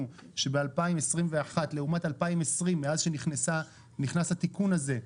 שב-2021 לעומת 2020 מאז שנכנס התיקון הזה,